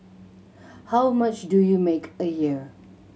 how much do you make a year